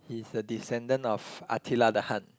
he is a descendant of Attila the Hun